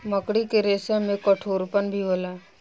मकड़ी के रेसम में कठोरपन भी होला